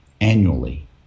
annually